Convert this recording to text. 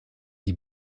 die